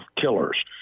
killers